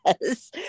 Yes